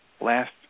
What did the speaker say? last